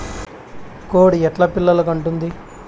కోడి ఎట్లా పిల్లలు కంటుంది?